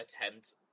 attempt